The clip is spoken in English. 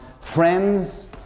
Friends